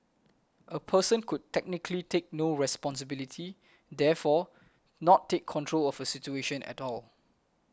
a person could technically take no responsibility therefore not take control of a situation at all